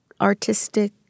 artistic